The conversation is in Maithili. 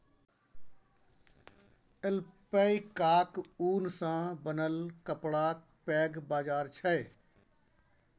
ऐल्पैकाक ऊन सँ बनल कपड़ाक पैघ बाजार छै